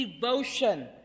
devotion